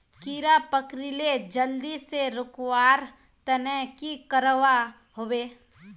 कीड़ा पकरिले जल्दी से रुकवा र तने की करवा होबे?